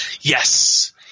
Yes